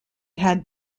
had